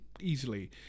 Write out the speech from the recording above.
easily